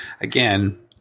Again